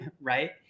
Right